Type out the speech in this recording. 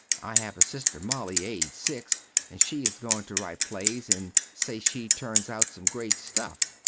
i have a sister molly aged six and she is going to rite plays and say she turns out some great stuff.